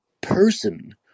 person